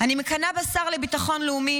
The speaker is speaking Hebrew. אני מקנאה בשר לביטחון לאומי,